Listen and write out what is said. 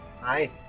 Hi